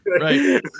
Right